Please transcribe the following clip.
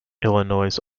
illinois